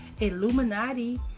Illuminati